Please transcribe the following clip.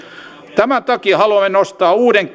tämän takia haluan nostaa myöskin uuden